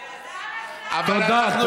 אלעזר, כרוחו או כלשונו?